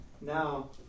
Now